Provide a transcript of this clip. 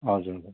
हजुर